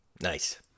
Nice